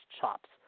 chops